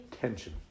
Tension